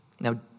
Now